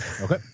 Okay